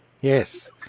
Yes